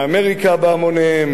מאמריקה בהמוניהם,